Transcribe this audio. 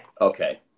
okay